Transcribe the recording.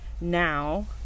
now